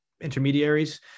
intermediaries